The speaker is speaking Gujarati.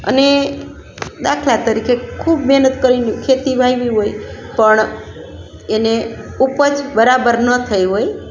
અને દાખલા તરીકે ખૂબ મહેનત કરી ને ખેતી વાવી હોય પણ એને ઉપજ બરાબર ન થઈ હોય